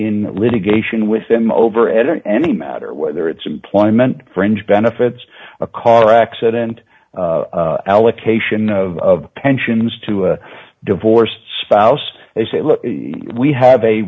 in litigation with them over any matter whether it's employment fringe benefits a car accident allocation of pensions to a divorced spouse they say look we have a